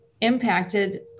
impacted